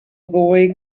boy